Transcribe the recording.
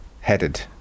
headed